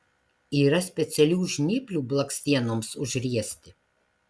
yra specialių žnyplių blakstienoms užriesti